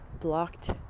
blocked